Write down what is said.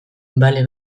bale